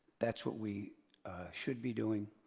that's what we should be doing.